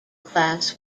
class